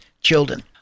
children